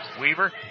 Weaver